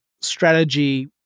strategy